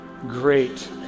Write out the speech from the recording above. great